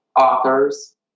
authors